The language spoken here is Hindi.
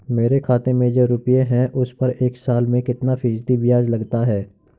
मेरे खाते में जो रुपये हैं उस पर एक साल में कितना फ़ीसदी ब्याज लगता है?